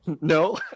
No